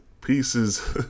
pieces